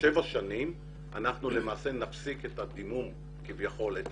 שבע שנים אנחנו למעשה נפסיק את הדימום כביכול, את